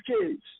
kids